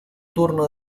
turno